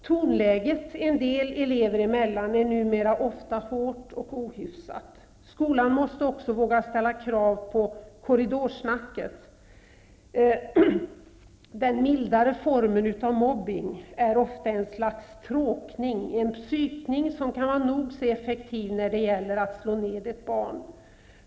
Tonläget en del elever emellan är numera ofta hårt och ohyfsat. Skolan måste också våga ställa krav på korridorsnacket. Den mildare formen av mobbing är ofta en slags tråkning, en psykning, som kan vara nog så effektiv när det gäller att slå ner ett barn.